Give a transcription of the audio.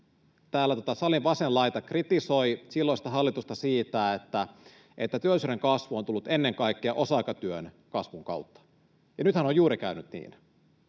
täällä salin vasen laita kritisoi silloista hallitusta siitä, että työllisyyden kasvu on tullut ennen kaikkea osa-aikatyön kasvun kautta — ja nythän on juuri käynyt niin,